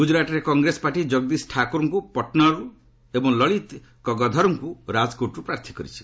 ଗୁଜରାଟରେ କଂଗ୍ରେସ ପାର୍ଟି ଜଗଦିଶ ଠାକୋରଙ୍କୁ ପଟନ୍ରୁ ଏବଂ ଲଳିତ କଗଧରଙ୍କୁ ରାଜକୋଟରୁ ପ୍ରାର୍ଥୀ କରିଛି